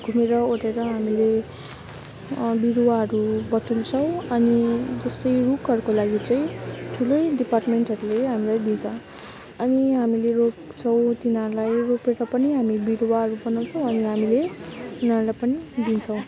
घुमेर ओरेर हामीले बिरुवाहरू बटुल्छौँ अनि जस्तै रुखहरूको लागि चाहिँ ठुलै डिपार्टमेन्टहरूले हामीलाई दिन्छ अनि हामीले रोप्छौँ तिनीहरूलाई रोपर पनि हामी बिरुवाहरू बनाउँछौँ अनि हामीले उनीहरूलाई पनि दिन्छौँ